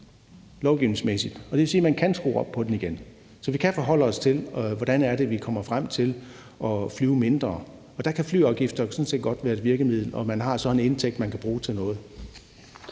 lovgivningsmæssigt, og det vil sige, at man godt kan skrue op for den senere. Så vi kan godt forholde os til, hvordan det er, vi kommer frem til at flyve mindre, og der kan flyafgifter sådan set godt være et virkemiddel, og så har man en indtægt, man kan bruge til noget.